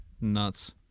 nuts